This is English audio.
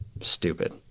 Stupid